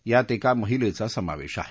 यात एका महिलेचा समावेश आहे